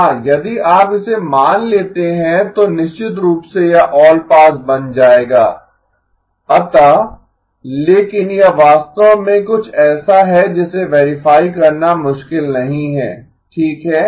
हाँ यदि आप इसे मान लेते हैं तो निश्चित रूप से यह ऑलपास बन जाएगा अतः लेकिन यह वास्तव में कुछ ऐसा है जिसे वेरीफाई करना मुश्किल नहीं है ठीक है